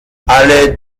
alle